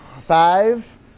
Five